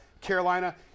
Carolina